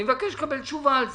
אני מבקש לקבל תשובה על זה,